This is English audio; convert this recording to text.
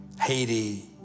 Haiti